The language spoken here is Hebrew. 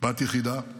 בת יחידה,